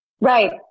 Right